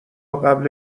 قبل